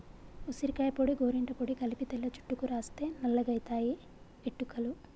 ఉసిరికాయ పొడి గోరింట పొడి కలిపి తెల్ల జుట్టుకు రాస్తే నల్లగాయితయి ఎట్టుకలు